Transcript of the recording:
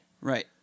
Right